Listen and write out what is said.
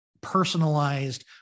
personalized